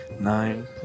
Nine